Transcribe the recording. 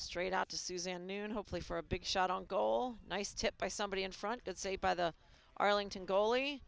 straight out to susan noone hopefully for a big shot on goal nice tip by somebody in front did say by the arlington goalie